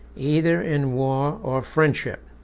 either in war or friendship.